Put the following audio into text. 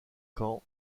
khan